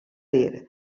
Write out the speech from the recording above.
dir